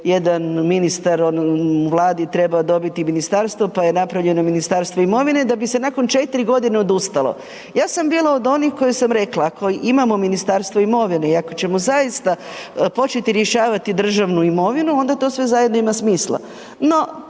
jedan ministar u vladi trebao dobiti ministarstvo pa je napravljeno Ministarstvo imovine da bi se nakon 4 godine odustalo. Ja sam bila od onih koja sam rekla, ako imamo Ministarstvo imovine i ako ćemo zaista početi rješavati državnu imovinu onda to zajedno ima smisla,